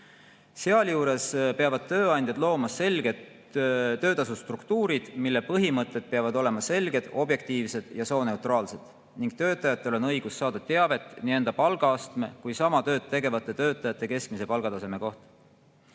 Sealjuures peavad tööandjad looma selged töötasustruktuurid, mille põhimõtted peavad olema selged, objektiivsed ja sooneutraalsed ning töötajatel on õigus saada teavet nii enda palgataseme kui ka sama tööd tegevate töötajate keskmise palgataseme kohta.